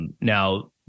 now